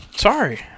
Sorry